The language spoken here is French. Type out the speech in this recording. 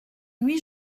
huit